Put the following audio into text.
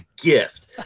gift